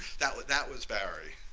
that was that was barry.